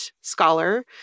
scholar